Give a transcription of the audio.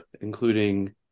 including